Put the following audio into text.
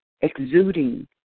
exuding